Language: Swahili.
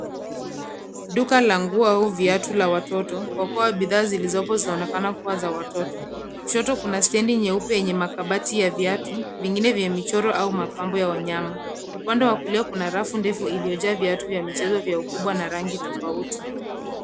Duka la nguo au viatu la watoto, okoa bidhaa zilizopo zinaonekana kua za watoto. Kushoto kuna stendi nyeupe yenye makabati ya viatu, vingine vyenye michoro, au mapambo ya wanyama. Kwa upande wa kulia kuna rafu ndefu iliyojaa viatu za michezo vya ukubwa na rangi tofauti.